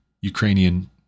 Ukrainian